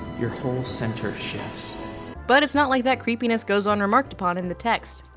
your whole center shifts but it's not like that creepiness goes unremarked upon in the text.